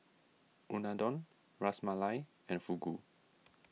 Unadon Ras Malai and Fugu